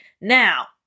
Now